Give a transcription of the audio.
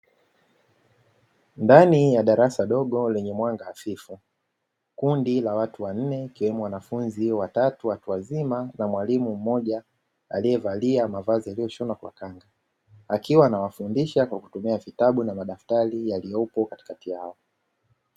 Ndani ya darasa dogo lenye mwanga hafifu kundi la watu wanne ikiwemo wanafunzi watatu watu wazima na mwalimu mmoja aliyevalia mavazi yaliyoshona kwa tanga, akiwa anawafundisha kwa kutumia vitabu na madaftari yaliyopo katikati yao.